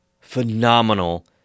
phenomenal